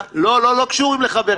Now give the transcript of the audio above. מיקי לוי (יש עתיד-תל"ם) לא קשורים לחבר כנסת,